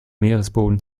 meeresboden